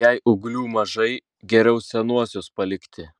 jei ūglių mažai geriau senuosius palikti